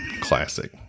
Classic